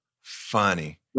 funny